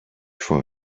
for